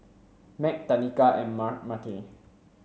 Mack Tenika and Myrtle